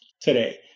today